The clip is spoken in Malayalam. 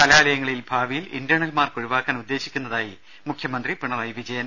കലാലയങ്ങളിൽ ഭാവിയിൽ ഇന്റേണൽ മാർക്ക് ഒഴിവാക്കാൻ ഉദ്ദേശിക്കുന്ന തായി മുഖ്യമന്ത്രി പിണറായി വിജയൻ